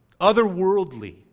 otherworldly